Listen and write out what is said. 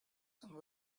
some